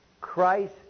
Christ